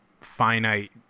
finite